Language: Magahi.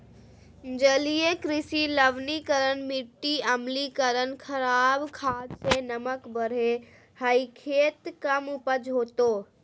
जलीय कृषि लवणीकरण मिटी अम्लीकरण खराब खाद से नमक बढ़े हइ खेत कम उपज होतो